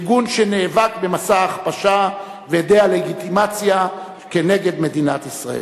ארגון שנאבק במסע ההכפשה והדה-לגיטימציה כנגד מדינת ישראל.